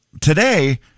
today